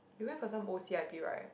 you went for some O c_i_p right